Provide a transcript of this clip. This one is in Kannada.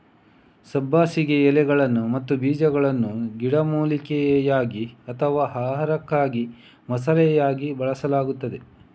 ಸಬ್ಬಸಿಗೆ ಎಲೆಗಳು ಮತ್ತು ಬೀಜಗಳನ್ನು ಗಿಡಮೂಲಿಕೆಯಾಗಿ ಅಥವಾ ಆಹಾರಕ್ಕಾಗಿ ಮಸಾಲೆಯಾಗಿ ಬಳಸಲಾಗುತ್ತದೆ